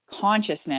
consciousness